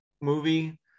movie